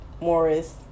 Morris